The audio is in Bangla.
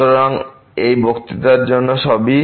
সুতরাং এই বক্তৃতার জন্য সবই